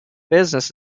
business